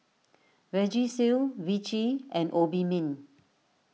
Vagisil Vichy and Obimin